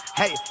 hey